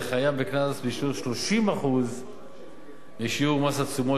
יהיה חייב בקנס בשיעור 30% משיעור מס התשומות